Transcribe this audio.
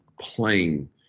playing